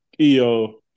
EO